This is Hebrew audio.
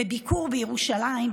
בביקור בירושלים,